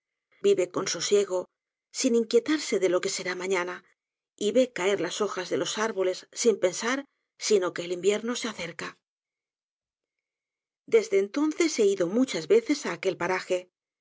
vive con sosiego sin inquietarse de lo que será mañana y ve caer las hojas de los árboles sin pensar sino que el invierno se acerca desde entonces he ido muchas veces á aquel paraje